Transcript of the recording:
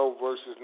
versus